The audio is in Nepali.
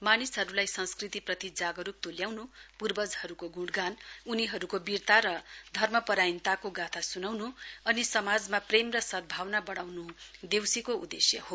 मानिसहरुलाई संस्कृतिक प्रति जागरुक तुल्याउनु पूर्वजहरुको गुणगान उनीहरुको वीरता र धर्मपरायणताको गाथा सुनाउनु अनि समाजमा प्रेम र सद्धावना बढ्राउनु देउसीको उदेश्य हो